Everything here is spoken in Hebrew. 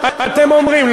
אתם אומרים,